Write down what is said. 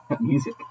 Music